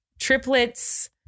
triplets